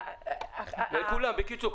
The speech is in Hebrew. לכולם, בקיצור.